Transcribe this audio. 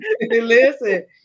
Listen